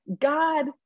God